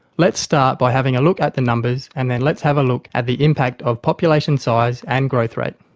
let's start by having a look at the numbers and then let's have a look at the impact of population size and growth rate.